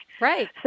Right